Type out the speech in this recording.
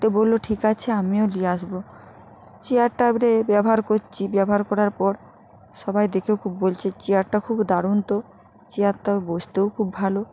তো বলল ঠিক আছে আমিও নিয়ে আসব চেয়ারটা এবারে ব্যবহার করছি ব্যবহার করার পর সবাই দেখেও খুব বলছে চেয়ারটা খুব দারুণ তো চেয়ারটা বসতেও খুব ভালো